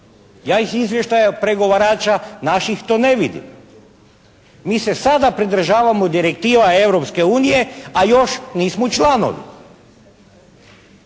Ja iz izvještaja pregovarača naših to ne vidim. Mi se sada pridržavamo direktiva Europske unije, a još nismo članovi.